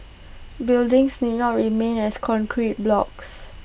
buildings need not remain as concrete blocks